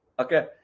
Okay